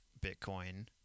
bitcoin